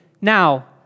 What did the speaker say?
now